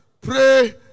Pray